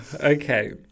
okay